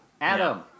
Adam